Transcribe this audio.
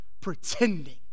pretending